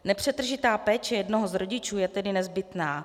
Nepřetržitá péče jednoho z rodičů je tedy nezbytná.